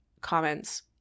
comments